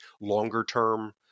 longer-term